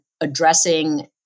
addressing